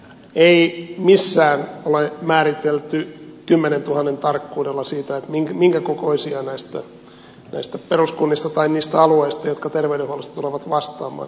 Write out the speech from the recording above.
ei missään ole määritelty kymmenentuhannen tarkkuudella sitä minkä kokoisia tulee näistä peruskunnista tai niistä alueista jotka terveydenhuollosta tulevat vastaamaan